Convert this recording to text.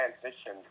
transition